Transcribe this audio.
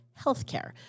healthcare